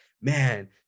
man